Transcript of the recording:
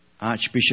Archbishop